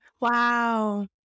Wow